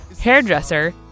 hairdresser